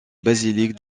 basilique